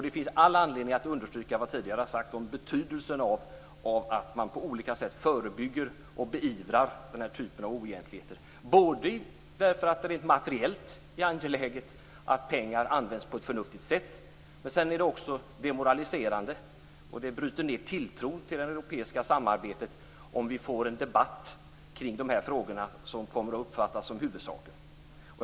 Det finns all anledning att understryka det jag tidigare har sagt om betydelsen av att man på olika sätt förebygger och beivrar den här typen av oegentligheter, både därför att det rent materiellt är angeläget att pengar används på ett förnuftigt sätt och för att det är demoraliserande. Det bryter ned tilltron till det europeiska samarbetet om vi får en debatt kring de här frågorna som kommer att uppfattas som huvudsaken.